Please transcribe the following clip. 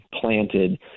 planted